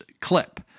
clip